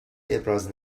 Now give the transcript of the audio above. ابراز